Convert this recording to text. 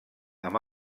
amb